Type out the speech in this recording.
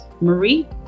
Marie